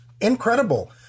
Incredible